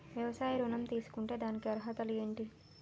వ్యవసాయ ఋణం తీసుకుంటే దానికి అర్హతలు ఏంటి?